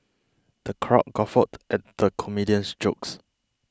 the crowd guffawed at the comedian's jokes